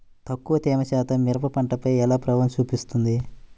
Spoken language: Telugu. తక్కువ తేమ శాతం మిరప పంటపై ఎలా ప్రభావం చూపిస్తుంది?